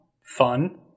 fun